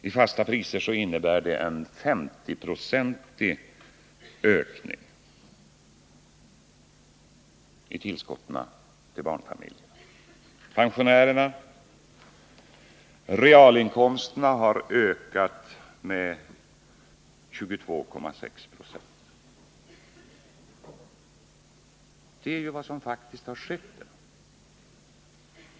I fasta priser innebär detta en 50-procentig ökning av tillskotten till barnfamiljerna, och vad pensionärerna beträffar har deras realinkomster ökat med 22,6 20.